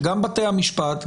שגם בתי המשפט,